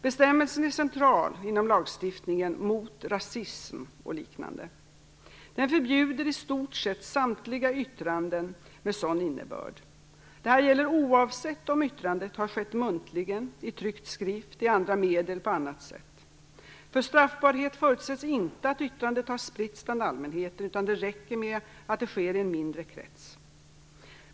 Bestämmelsen är central inom lagstiftningen mot rasism och liknande. Den förbjuder i stort sett samtliga yttranden med sådan innebörd. Detta gäller oavsett om yttrandet har skett muntligen, i tryckt skrift, i andra medier eller på annat sätt. För straffbarhet förutsätts inte att yttrandet har spritts bland allmänheten, utan det räcker med att det sker i en mindre krets.